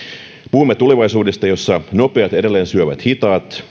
puhumme tulevaisuudesta jossa nopeat edelleen syövät hitaat